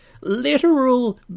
literal